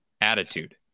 attitude